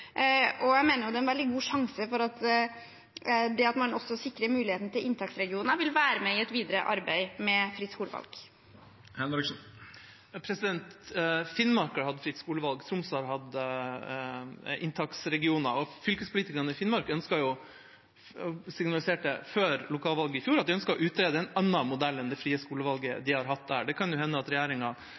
Jeg mener det er en veldig god sjanse for at det at man også sikrer muligheten til inntaksregioner, vil være med i et videre arbeid med fritt skolevalg. Finnmark har hatt fritt skolevalg, Troms har hatt inntaksregioner, og fylkespolitikerne i Finnmark signaliserte før lokalvalget i fjor at de ønsket å utrede en annen modell enn det frie skolevalget de har hatt der. Det kan jo hende at regjeringas forslag nå setter foten ned for det. Utfordringen nå er at regjeringa